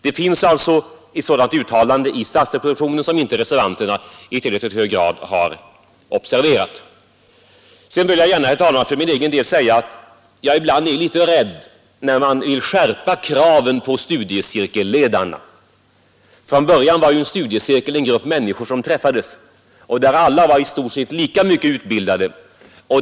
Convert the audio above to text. Det finns alltså ett sådant uttalande i statsverkspropositionen som inte reservanterna i tillräcklig grad har observerat. Sedan vill jag gärna säga, herr talman, att jag ibland är litet rädd när man vill skärpa kraven på studiecirkelledarna. Från början var ju en studiecirkel en grupp människor som träffades och där alla hade i stort samma utbildning.